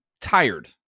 tired